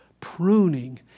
pruning